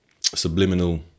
subliminal